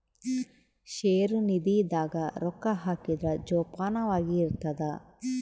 ಷೇರು ನಿಧಿ ದಾಗ ರೊಕ್ಕ ಹಾಕಿದ್ರ ಜೋಪಾನವಾಗಿ ಇರ್ತದ